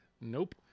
Nope